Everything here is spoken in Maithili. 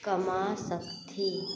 कमा सकथि